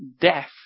death